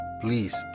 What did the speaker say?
please